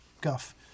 guff